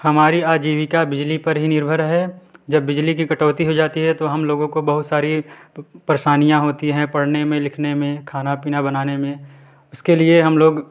हमारी आजीविका बिजली पर ही निर्भर है जब बिजली की कटौती हो जाती है तो हम लोगों को बहुत सारी परेशानियाँ होती है पढ़ने में लिखने में खाना पीना बनाने में उसके लिए हम लोग